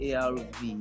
ARV